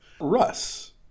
Russ